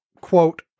quote